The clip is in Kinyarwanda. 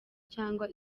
cyangwa